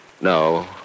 No